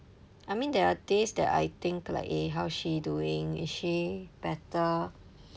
I mean there are days that I think like eh how is she doing is she better